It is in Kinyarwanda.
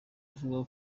avuga